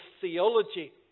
theology